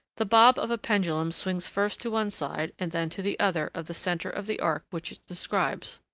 the bob of a pendulum swings first to one side and then to the other of the centre of the arc which it describes.